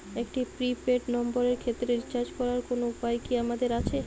একটি prepaid নম্বরের ক্ষেত্রে রিচার্জ করার কোনো উপায় কি আমাদের আছে?